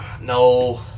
No